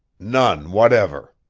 none whatever.